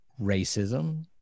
racism